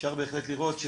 אפשר בהחלט לראות,